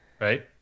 Right